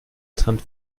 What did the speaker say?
trend